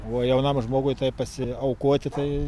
o jaunam žmogui taip pasiaukoti tai